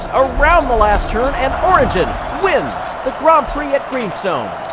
around the last turn and orn wins the grand prix at greenstone!